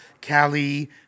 Cali